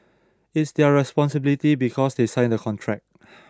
it's their responsibility because they sign the contract